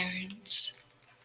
parents